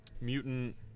mutant